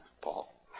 Paul